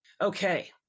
Okay